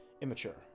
immature